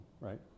right